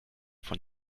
von